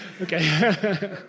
Okay